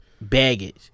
Baggage